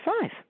five